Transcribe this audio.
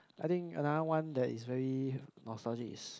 I think another one that is very nostalgic is